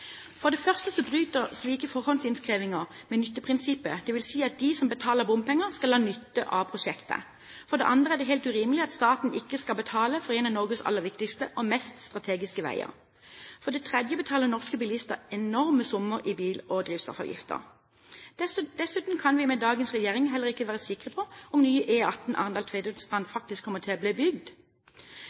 For det første bryter slik forhåndsinnkreving med nytteprinsippet, dvs. at de som betaler bompenger, skal ha nytte av prosjektet. For det andre er det helt urimelig at staten ikke skal betale for en av Norges aller viktigste og mest strategiske veier. For det tredje betaler norske bilister enorme summer i bil- og drivstoffavgifter. Dessuten kan vi heller ikke være sikre på om nye E18 Arendal–Tvedestrand faktisk kommer til å bli bygd